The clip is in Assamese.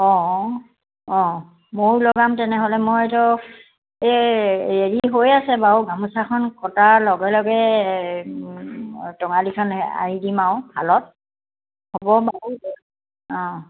অঁ অঁ অঁ ময়ো লগাম তেনেহ'লে মই ধৰক এই ৰেডি হৈ আছে বাৰু গামোচাখন কটাৰ লগে লগে টঙালীখন আৰি দিম আৰু শালত হ'ব বাৰু অঁ